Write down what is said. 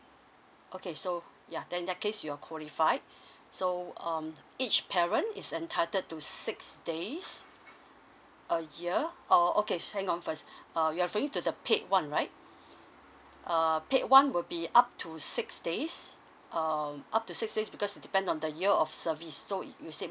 okay so ya then in that case you're qualified so um each parent is entitled to six days a year or okay hang on first uh you're referring to the paid one right err paid one will be up to six days err up to six days because it depends on the year of service so if you said